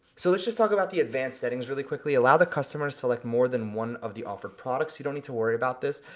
so let's just talk about the advanced settings really quickly. allow the customer to select more than one of the offered products, you don't need to worry about this.